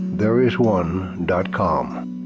Thereisone.com